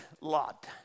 Lot